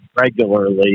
regularly